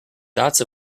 dots